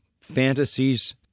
fantasies